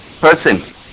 person